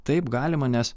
taip galima nes